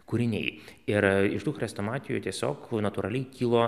kūriniai ir iš tų chrestomatijų tiesiog natūraliai kilo